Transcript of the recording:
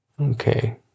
Okay